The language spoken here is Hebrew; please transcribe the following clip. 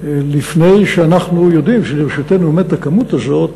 לפני שאנחנו יודעים שלרשותנו עומדת הכמות הזאת,